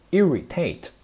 irritate